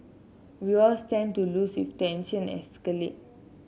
we all stand to lose if tension escalate